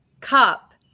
Cup